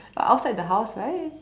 but outside the house right